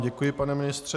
Děkuji vám, pane ministře.